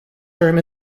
term